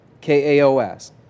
K-A-O-S